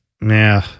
nah